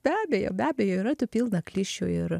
be abejo be abejo yra tų pilna klišių ir